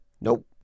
Nope